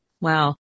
Wow